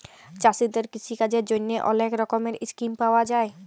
চাষীদের কিষিকাজের জ্যনহে অলেক রকমের ইসকিম পাউয়া যায়